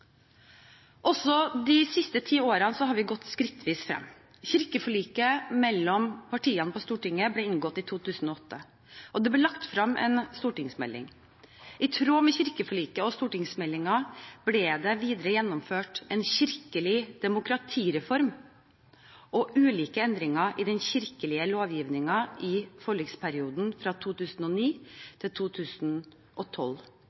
Også de siste ti årene har vi gått skrittvis frem. Kirkeforliket mellom partiene på Stortinget ble inngått i 2008, og det ble lagt frem en stortingsmelding. I tråd med kirkeforliket og stortingsmeldingen ble det videre gjennomført en kirkelig demokratireform og ulike endringer i den kirkelige lovgivningen i forliksperioden fra